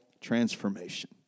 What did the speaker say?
transformation